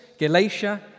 Galatia